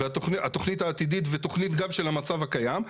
בתכנית העתידית ובתכנית של המצב הקיים,